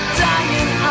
dying